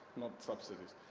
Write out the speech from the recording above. not subsidies.